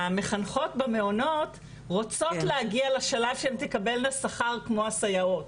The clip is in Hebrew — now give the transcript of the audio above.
המחנכות במעונות רוצות להגיע לשלב שבו הן יקבלו שכר כמו הסייעות.